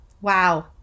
Wow